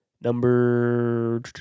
Number